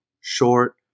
short